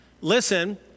listen